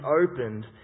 opened